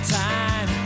time